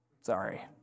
sorry